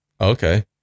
Okay